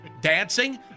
Dancing